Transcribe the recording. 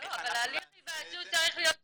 --- אבל הליך ההיוועצות צריך להיות שונה,